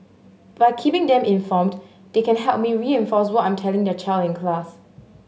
by keeping them informed they can help me reinforce what I'm telling their child in class